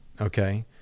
okay